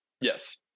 Yes